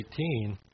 18